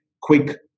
quick